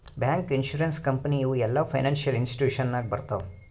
bank, insurance company ಇವು ಎಲ್ಲಾ financial institution ನಾಗೆ ಬರ್ತಾವ್